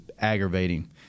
aggravating